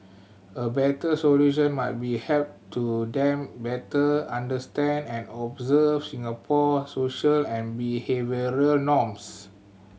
a better solution might be help to them better understand and observe Singapore social and behavioural norms